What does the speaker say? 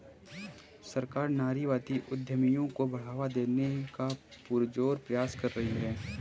सरकार नारीवादी उद्यमियों को बढ़ावा देने का पुरजोर प्रयास कर रही है